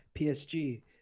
PSG